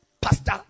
pastor